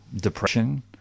depression